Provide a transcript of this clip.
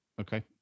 Okay